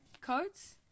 coats